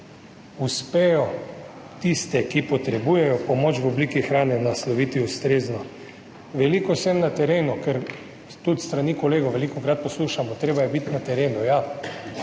uspejo tiste, ki potrebujejo pomoč v obliki hrane, nasloviti ustrezno. Veliko sem na terenu, kjer tudi s strani kolegov velikokrat poslušamo, treba je biti na terenu, ja,